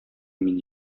мин